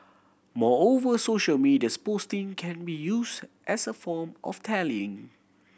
moreover social media can be used as a form of tallying